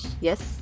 Yes